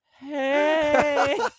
hey